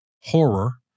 horror